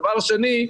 הדבר השני,